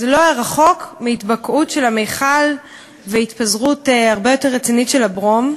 זה לא היה רחוק מהתבקעות של המכל והתפזרות הרבה יותר רצינית של הברום.